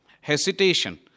hesitation